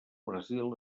brasil